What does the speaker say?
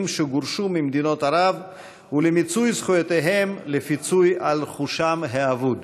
שגורשו ממדינת ערב ולמיצוי זכויותיהם לפיצוי על רכושם האבוד.